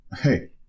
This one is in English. hey